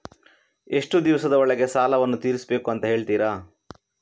ಎಷ್ಟು ದಿವಸದ ಒಳಗೆ ಸಾಲವನ್ನು ತೀರಿಸ್ಬೇಕು ಅಂತ ಹೇಳ್ತಿರಾ?